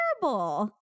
terrible